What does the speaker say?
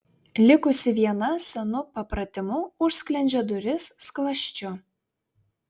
likusi viena senu papratimu užsklendžia duris skląsčiu